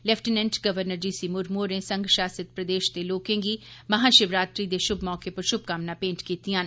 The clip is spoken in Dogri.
lieutenant governor G C Murmu होरें संघ शासित प्रदेश दे लोकें गी महाशिवरात्री दे शुभ मौके पर शुभकामनां भेंट कीतियां न